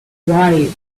while